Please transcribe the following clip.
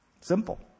Simple